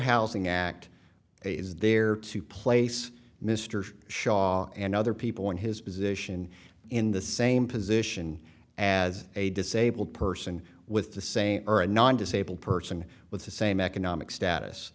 housing act is there to place mr shaw and other people in his position in the same position as a disabled person with the same or a non disabled person with the same economic status